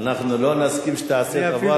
אנחנו לא נסכים שתעשה דבר,